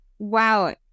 Wow